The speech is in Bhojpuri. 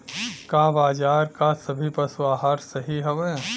का बाजार क सभी पशु आहार सही हवें?